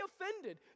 offended